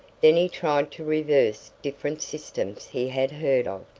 then he tried to reverse different systems he had heard of,